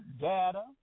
data